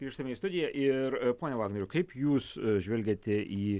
grįžtame į studiją ir pone vagnoriau kaip jūs žvelgiate į